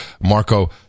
marco